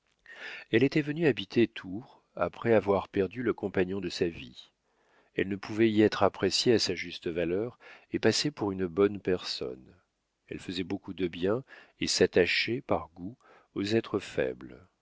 elle était venue habiter tours après avoir perdu le compagnon de sa vie elle ne pouvait y être appréciée à sa juste valeur et passait pour une bonne personne elle faisait beaucoup de bien et s'attachait par goût aux êtres faibles